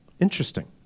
Interesting